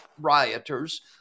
rioters